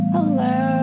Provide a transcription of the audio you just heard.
Hello